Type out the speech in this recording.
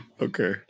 Okay